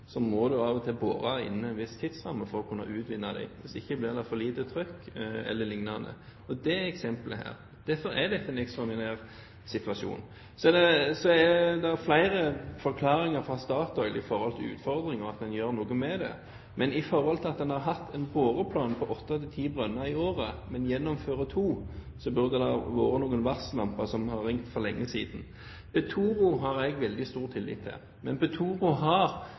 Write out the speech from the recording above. må man av og til bore innen en viss tidsramme for å kunne utvinne dem. Hvis ikke blir det f.eks. for lite trykk. Det er eksempelet her, og derfor er dette en ekstraordinær situasjon. Så har Statoil flere forklaringer, og utfordringen er å gjøre noe med det. Men med tanke på at man har hatt en boreplan på åtte til ti brønner i året, men gjennomfører to, så burde det ha lyst noen varsellamper for lenge siden. Petoro har jeg veldig stor tillit til, men Petoro har